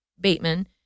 Bateman